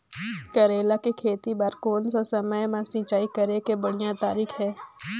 करेला के खेती बार कोन सा समय मां सिंचाई करे के बढ़िया तारीक हे?